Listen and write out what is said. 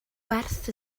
gwerth